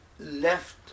left